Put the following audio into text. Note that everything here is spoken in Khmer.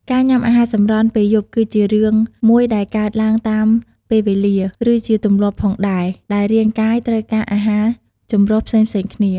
ការញ៉ាំអាហារសម្រន់ពេលយប់ គឺជារឿងមួយដែលកើតឡើងតាមពេលវេលា ឬជាទម្លាប់ផងដែរ ដែលរាងកាយត្រូវការអាហារចម្រុះផ្សេងៗគ្នា។